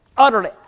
utterly